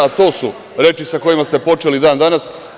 E, to su reči sa kojima ste počeli dan danas.